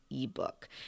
ebook